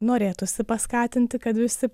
norėtųsi paskatinti kad visi